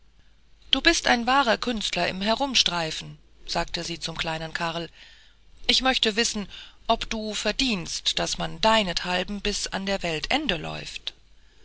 du bist ein wahrer künstler im herumstreifen sagte sie zum kleinen karl ich möchte wissen ob du verdienst daß man deinethalben bis an der welt ende läuft